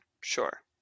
Sure